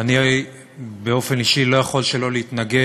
אני באופן אישי לא יכול שלא להתנגד